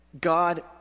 God